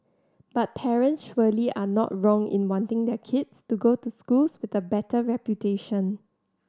but parents surely are not wrong in wanting their kids to go to schools with a better reputation